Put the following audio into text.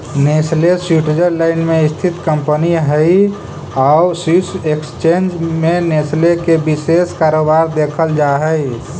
Nestle Switzerland में स्थित company हइ आउ स्विस एक्सचेंज में नेस्ले के विशेष कारोबार देखल जा हइ